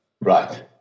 Right